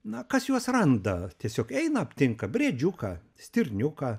na kas juos randa tiesiog eina aptinka briedžiuką stirniuką